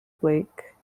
blake